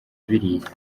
biriya